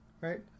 right